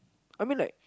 I mean like